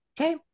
Okay